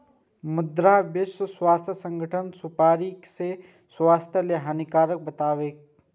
मुदा विश्व स्वास्थ्य संगठन सुपारी कें स्वास्थ्य लेल हानिकारक बतबै छै